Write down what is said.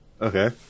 Okay